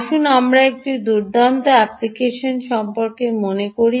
আসুন আমরা একটি দুর্দান্ত অ্যাপ্লিকেশন সম্পর্কে মনে করি